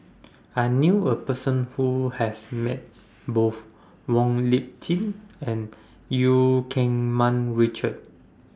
I knew A Person Who has Met Both Wong Lip Chin and EU Keng Mun Richard